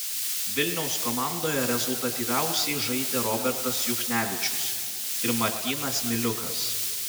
vilniaus komandoje rezultatyviausiai žaidė robertas juchnevičius ir martynas miliukas